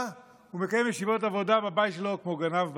ומקיים ישיבות עבודה בבית שלו כמו גנב בלילה.